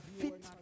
fit